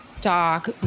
doc